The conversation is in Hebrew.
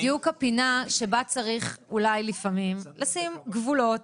זה בדיוק הפינה שבה צריך אולי לפעמים לשים גבולות